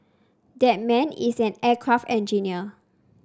that man is an aircraft engineer